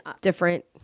different